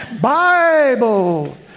Bible